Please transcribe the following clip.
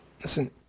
Listen